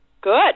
Good